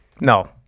no